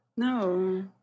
No